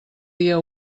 dia